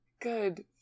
Good